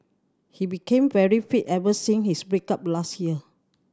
he became very fit ever since his break up last year